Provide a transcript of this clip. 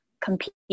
compete